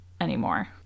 anymore